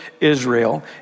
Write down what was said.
Israel